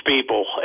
people